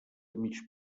mig